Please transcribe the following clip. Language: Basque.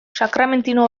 sakramentino